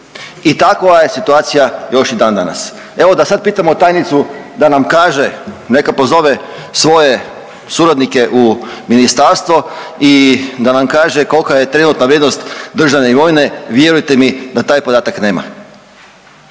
i takva je situacija još i dandanas. Evo, da sad pitamo tajnicu da nam kaže, neka pozove svoje suradnike u ministarstvo i da nam kaže kolika je trenutna vrijednost državne imovine, vjerujte mi da taj podatak nema.